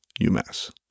UMass